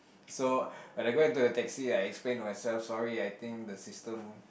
so when I got into the taxi I explained myself sorry I think the system